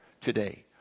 today